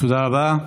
תודה רבה.